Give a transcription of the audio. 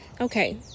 Okay